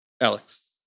Alex